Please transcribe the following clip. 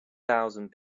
thousand